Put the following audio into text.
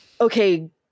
okay